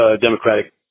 Democratic